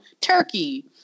Turkey